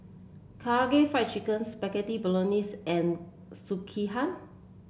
Karaage Fried Chicken Spaghetti Bolognese and Sekihan